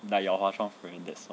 like your hwa chong friend that's why